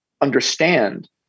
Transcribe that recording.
understand